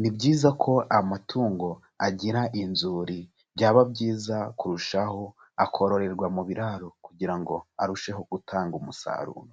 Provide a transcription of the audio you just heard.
ni byiza ko amatungo agira inzuri byaba byiza kurushaho akororerwa mu biraro kugira ngo arusheho gutanga umusaruro.